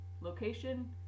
Location